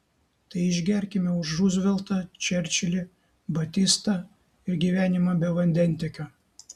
tai išgerkime už ruzveltą čerčilį batistą ir gyvenimą be vandentiekio